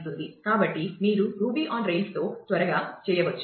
కాబట్టి మీరు Ruby on Rails తో త్వరగా చేయవచ్చు